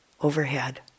overhead